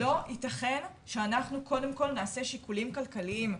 לא יתכן שאנחנו קודם כל נעשה שיקולים כלכליים.